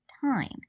time